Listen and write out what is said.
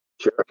Sure